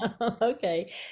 Okay